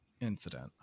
incident